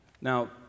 Now